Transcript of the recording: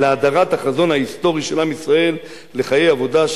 להאדרת החזון ההיסטורי של עם ישראל לחיי עבודה,